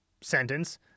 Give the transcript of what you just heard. sentence